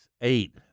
Eight